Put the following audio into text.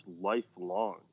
lifelong